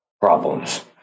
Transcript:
problems